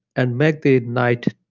and make the night,